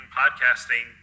podcasting